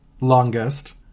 longest